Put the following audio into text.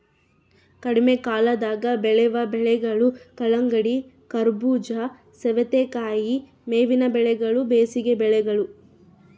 ಕಡಿಮೆಕಾಲದಾಗ ಬೆಳೆವ ಬೆಳೆಗಳು ಕಲ್ಲಂಗಡಿ, ಕರಬೂಜ, ಸವತೇಕಾಯಿ ಮೇವಿನ ಬೆಳೆಗಳು ಬೇಸಿಗೆ ಬೆಳೆಗಳು